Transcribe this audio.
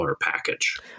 package